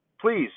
please